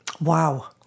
Wow